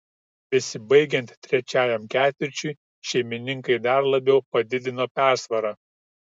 besibaigiant trečiajam ketvirčiui šeimininkai dar labiau padidino persvarą